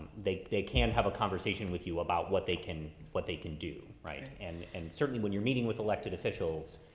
they, they can have a conversation with you about what they can, what they can do, right. and, and certainly when you're meeting with elected officials,